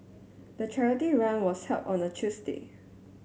the charity run was held on a Tuesday